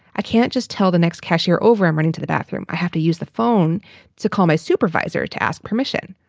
i can't just tell the next cashier over. i'm running to the bathroom. i have to use the phone to call my supervisor to ask permission.